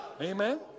Amen